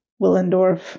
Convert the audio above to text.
Willendorf